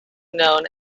known